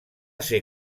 ser